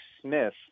Smith